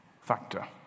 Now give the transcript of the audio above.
factor